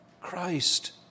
Christ